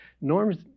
Norms